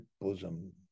bosom